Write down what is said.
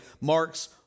marks